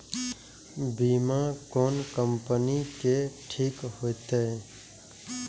बीमा कोन कम्पनी के ठीक होते?